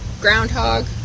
Groundhog